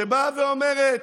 באה ואומרת: